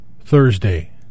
Thursday